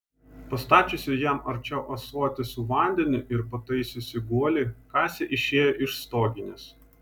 pastačiusi jam arčiau ąsotį su vandeniu ir pataisiusi guolį kasė išėjo iš stoginės